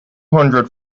hundred